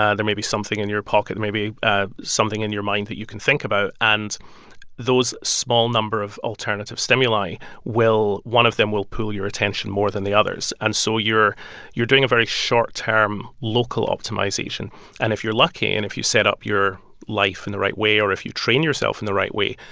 ah there may be something in your pocket, may be ah something in your mind that you can think about. and those small number of alternative stimuli will one of them will pull your attention more than the others. and so you're doing a very short-term, local optimization and if you're lucky, and if you set up your life in the right way, or if you train yourself in the right way,